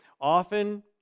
Often